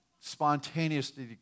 spontaneously